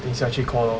等一下去 call lor